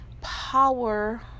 power